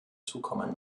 zukommen